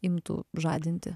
imtų žadinti